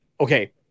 okay